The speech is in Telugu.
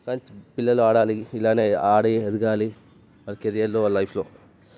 కాని పిల్లలు ఆడాలి ఇలానే ఆడి ఎదగాలి వాళ్ల కెరీర్లో వాళ్ల లైఫ్లో